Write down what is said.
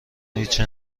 هیچی